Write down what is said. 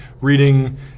reading